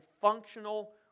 functional